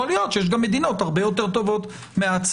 יכול להיות שיש מדינות הרבה יותר טובות מההצעה.